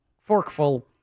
forkful